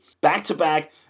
Back-to-back